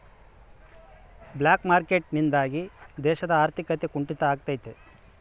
block market ನಿಂದಾಗಿ ದೇಶದ ಆರ್ಥಿಕತೆ ಕುಂಟಿತ ಆಗ್ತೈತೆ